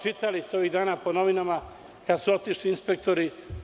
Čitali ste ovih dana po novinama kada su otišli inspektori…